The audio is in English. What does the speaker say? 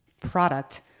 product